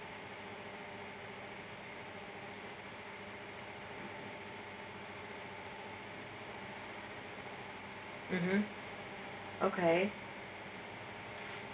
mmhmm okay